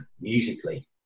musically